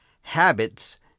habits